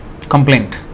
complaint